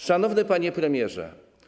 Szanowny Panie Premierze!